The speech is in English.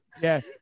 Yes